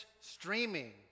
streaming